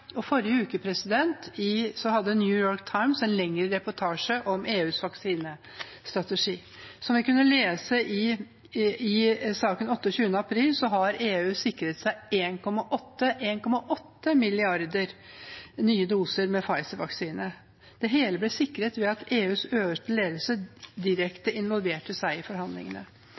i forrige uke hadde New York Times en lengre reportasje om EUs vaksinestrategi. Som vi kunne lese i saken 28. april, har EU sikret seg 1,8 mrd. nye doser med Pfizer-vaksine. Det hele ble sikret ved at EUs øverste ledelse involverte seg direkte i forhandlingene.